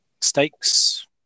stakes